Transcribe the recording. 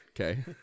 Okay